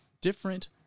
different